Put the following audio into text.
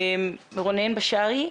אם יש בעיה.